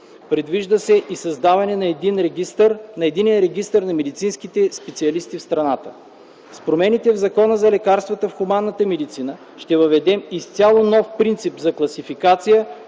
Предвижда се и създаването на единен регистър на медицинските специалисти в страната. С промените в Закона за лекарствата в хуманната медицина ще въведем изцяло нов принцип за класификация,